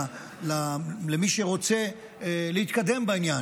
למי שרוצה להתקדם בעניין.